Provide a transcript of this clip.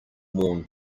worn